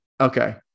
Okay